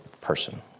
person